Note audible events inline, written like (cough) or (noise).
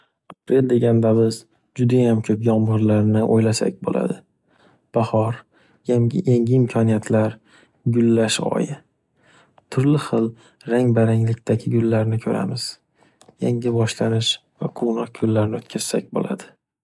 Aprel deganda biz judayam ko’p yomg’irlarni o’ylasak bo’ladi. Bahor yangi-yangi imkoniyatlar gullash oyi. Turli xil rang baranglikdaki gullarni ko’ramiz. Yangi boshlanish va (noise) quvnoq kunlarni o’tkazsak bo’ladi.